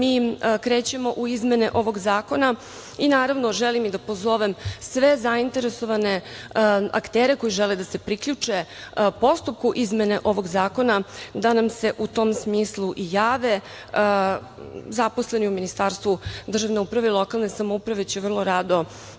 mi krećemo u izmene ovog zakona. Želim da pozovem sve zainteresovane aktere koji žele da se priključe postupku izmene ovog zakona da nam se u tom smislu jave. Zaposleni u Ministarstvu državne uprave i lokalne samouprave će vrlo rado